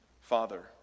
Father